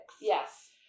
Yes